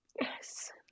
Yes